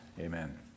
Amen